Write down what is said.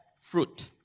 fruit